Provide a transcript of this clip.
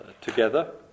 together